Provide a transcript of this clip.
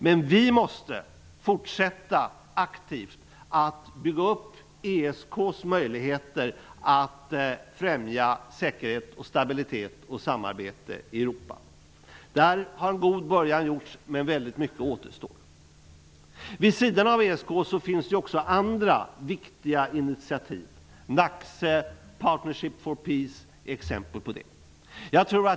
Men vi måste fortsätta aktivt att bygga upp ESK:s möjligheter att främja säkerhet, stabilitet och samarbete i Europa. En god början har gjorts, men väldigt mycket återstår. Vid sidan av ESK finns också andra viktiga initiativ. NACC och Partnership for Peace är exempel härpå.